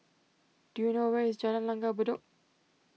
do you know where is Jalan Langgar Bedok